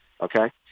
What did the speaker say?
Okay